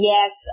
Yes